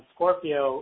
Scorpio